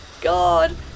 god